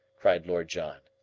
cried lord john.